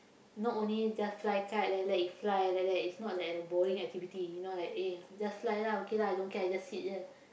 not only just fly kite and let it fly like that it's not like a boring activity you know like eh just fly lah okay lah I don't care I just sit here